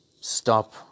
stop